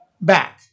back